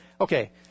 okay